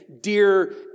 dear